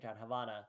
Havana